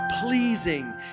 pleasing